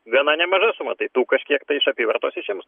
gana nemaža suma tai tų kažkiek iš apyvartos išims